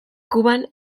kuban